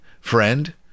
Friend